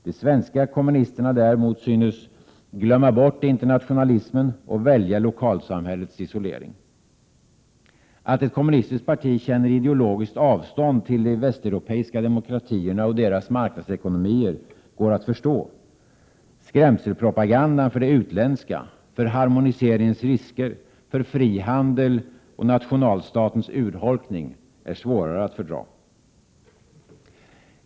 De svenska kommunisterna däremot synes glömma bort internationalismen och välja lokalsamhällets isolering. Att ett kommunistiskt parti känner ideologiskt avstånd till de västeuropeiska demokratierna och deras marknadsekonomier går att förstå. Skrämselpropagandan för det utländska, för harmoniseringens risker, för frihandel och nationalstatens urholkning är svårare att fördra.